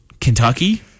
Kentucky